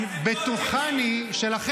-- של מי, של איזנקוט?